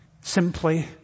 Simply